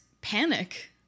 panic